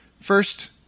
First